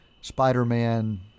Spider-Man